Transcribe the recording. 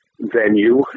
venue